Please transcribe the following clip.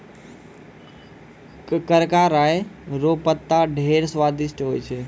करका राय रो पत्ता ढेर स्वादिस्ट होय छै